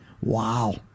Wow